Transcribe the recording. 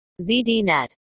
ZDNet